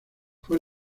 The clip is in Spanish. fue